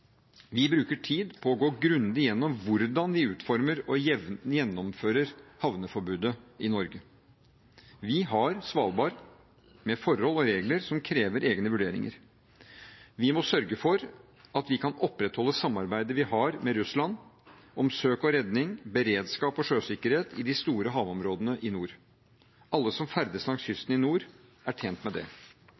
Vi bruker tid til å gå grundig gjennom hvordan vi utformer og gjennomfører havneforbudet i Norge. Vi har Svalbard med forhold og regler som krever egne vurderinger. Vi må sørge for at vi kan opprettholde samarbeidet vi har med Russland om søk og redning, beredskap og sjøsikkerhet i de store havområdene i nord. Alle som ferdes langs kysten i nord, er tjent med det.